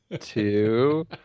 two